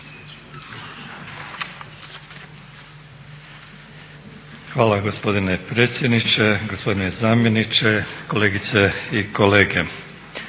Hvala gospodine predsjedniče, gospodine zamjeniče, kolegice i kolege.